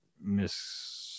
miss